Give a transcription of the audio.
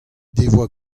devoa